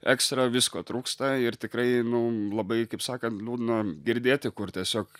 ekstra visko trūksta ir tikrai nu labai kaip sakant liūdna girdėti kur tiesiog